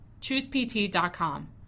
ChoosePT.com